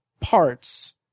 parts